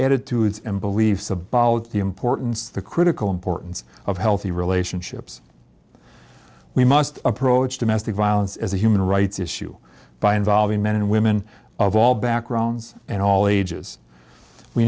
attitudes and beliefs about the importance the critical importance of healthy relationships we must approach domestic violence as a human rights issue by involving men and women of all backgrounds and all ages we